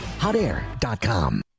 Hotair.com